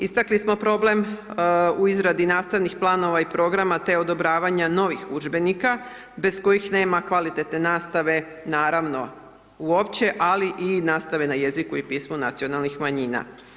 Istakli smo problem u izradi nastavnih planova i programa te odobravanja novih udžbenika bez kojih nema kvalitetne nastave, naravno uopće, ali i nastave na jeziku i pismu nacionalnih manjina.